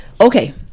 okay